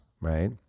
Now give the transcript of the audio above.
right